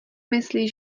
myslí